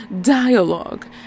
dialogue